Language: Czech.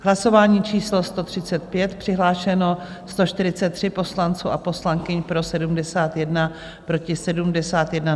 Hlasování číslo 135, přihlášeno 143 poslanců a poslankyň, pro 71, proti 71.